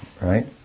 right